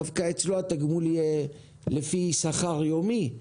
דווקא אצלו התגמול יהיה לפי שכר יומי.